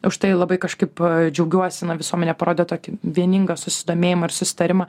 užtai labai kažkaip džiaugiuosi na visuomenė parodė tokį vieningą susidomėjimą ir susitarimą